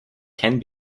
can